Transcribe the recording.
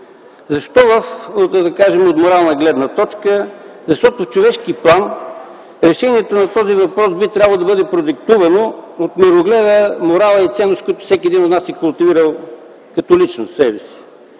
Защо от морална гледна точка? Защото в човешки план решението на този въпрос би трябвало да бъде продиктувано от мирогледа, морала и ценностите, които всеки един от нас е култивирал като личност в себе си.